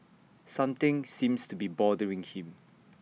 something seems to be bothering him